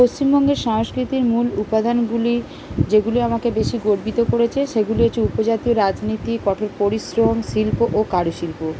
পশ্চিমবঙ্গের সংস্কৃতির মূল উপাদানগুলি যেগুলি আমাকে বেশি গর্বিত করেছে সেগুলি হচ্ছে উপজাতীয় রাজনীতি কঠোর পরিশ্রম শিল্প ও কারুশিল্প